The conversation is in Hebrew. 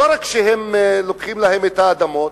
לא רק שהם לוקחים להם את האדמות,